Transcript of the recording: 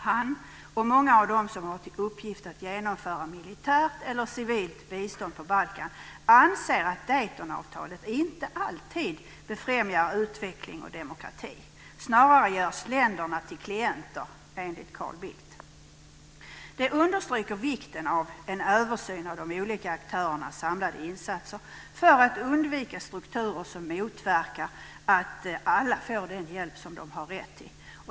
Han, och många av dem som har till uppgift att genomföra militärt eller civilt bistånd på Balkan, anser att Daytonavtalet inte alltid befrämjar utveckling och demokrati. Snarare görs länderna till klienter, enligt Carl Bildt. Det understryker vikten av en översyn av de olika aktörernas samlade insatser för att undvika strukturer som motverkar att alla får den hjälp som de har rätt till.